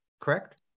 correct